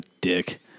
dick